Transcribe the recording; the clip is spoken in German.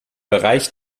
bereich